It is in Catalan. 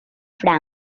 franc